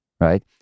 right